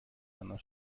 einer